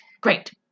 Great